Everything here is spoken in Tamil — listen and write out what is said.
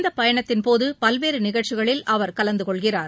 இப்பயணத்தின் போது பல்வேறு நிகழ்ச்சிகளில் அவர் கலந்து கொள்கிறார்